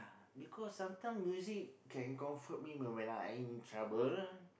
because sometime music can comfort me when I in trouble